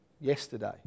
yesterday